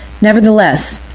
Nevertheless